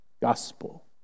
Gospel